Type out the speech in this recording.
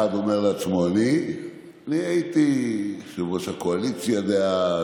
אחד אומר לעצמו: אני הייתי יושב-ראש הקואליציה דאז,